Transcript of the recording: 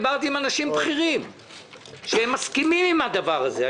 דיברתי עם אנשים בכירים שמסכימים עם הדבר הזה,